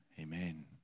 Amen